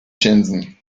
shenzhen